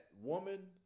woman